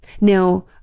Now